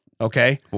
Okay